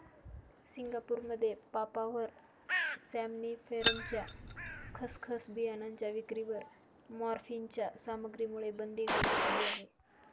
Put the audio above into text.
सिंगापूरमध्ये पापाव्हर सॉम्निफेरमच्या खसखस बियाणांच्या विक्रीवर मॉर्फिनच्या सामग्रीमुळे बंदी घालण्यात आली आहे